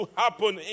happen